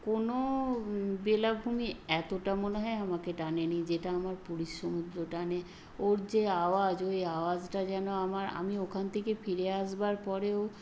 কোনও বেলাভূমি এতটা মনে হয় আমাকে টানেনি যেটা আমার পুরীর সমুদ্র টানে ওর যে আওয়াজ ওই আওয়াজটা যেন আমার আমি ওখান থেকে ফিরে আসবার পরেও